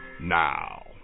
now